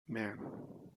man